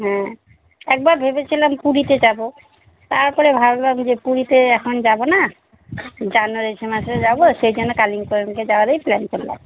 হ্যাঁ একবার ভেবেছিলাম পুরীতে যাবো তারপরে ভাবলাম যে পুরীতে এখন যাবো না জানুয়ারি মাসে যাবো সেইখানে কালিম্পংয়ে যাওয়ারই প্ল্যান করলাম